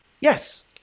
Yes